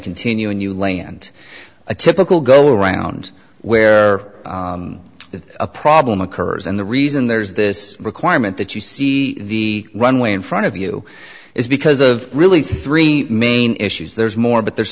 continue and you land a typical go around where a problem occurs and the reason there's this requirement that you see the runway in front of you is because of really three main issues there's more but there's